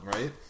right